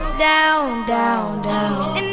down down